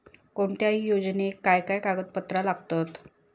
कोणत्याही योजनेक काय काय कागदपत्र लागतत?